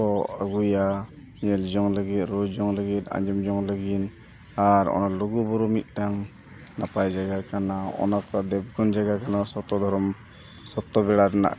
ᱠᱚ ᱟᱹᱜᱩᱭᱟ ᱧᱮᱞ ᱡᱚᱝ ᱞᱟᱹᱜᱤᱫ ᱨᱩ ᱡᱚᱝ ᱞᱟᱹᱜᱤᱫ ᱟᱸᱡᱚᱢ ᱡᱚᱝ ᱞᱟᱹᱜᱤᱫ ᱟᱨ ᱚᱱᱟ ᱞᱩᱜᱩᱼᱵᱩᱨᱩ ᱢᱤᱫᱴᱟᱝ ᱱᱟᱯᱟᱭ ᱡᱟᱭᱜᱟ ᱠᱟᱱᱟ ᱚᱱᱟ ᱠᱚ ᱫᱮᱵᱽᱜᱩᱱ ᱡᱟᱭᱜᱟ ᱠᱟᱱᱟ ᱥᱚᱛᱛᱚ ᱫᱷᱚᱨᱚᱢ ᱥᱚᱛᱛᱚ ᱵᱮᱲᱟ ᱨᱮᱱᱟᱜ